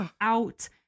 out